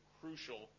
crucial